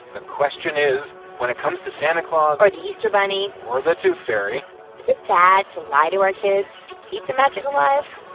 the question is, when it comes to santa claus. or the easter bunny. or the tooth fairy. is it bad to lie to our kids to keep the magic alive?